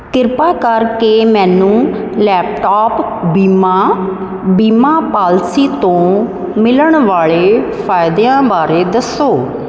ਕ੍ਰਿਪਾ ਕਰਕੇ ਮੈਨੂੰ ਲੈਪਟੋਪ ਬੀਮਾ ਬੀਮਾ ਪਾਲਿਸੀ ਤੋਂ ਮਿਲਣ ਵਾਲੇ ਫ਼ਾਇਦਿਆਂ ਬਾਰੇ ਦੱਸੋ